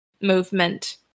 movement